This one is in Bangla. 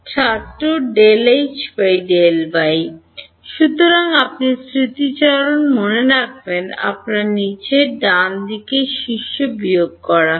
ছাত্র সুতরাং আপনি স্মৃতিচারণ মনে রাখবেন আমরা নীচে ডানদিকে শীর্ষ বিয়োগ করা হয়